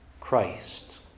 Christ